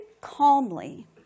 calmly